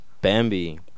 Bambi